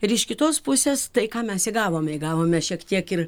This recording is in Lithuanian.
ir iš kitos pusės tai ką mes įgavome gavome šiek tiek ir